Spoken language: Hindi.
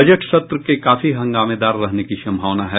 बजट सत्र के काफी हंगामेदार रहने की संभावना है